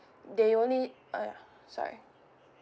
they only !aiya! sorry